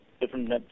different